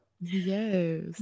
Yes